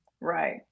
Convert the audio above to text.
Right